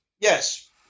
Yes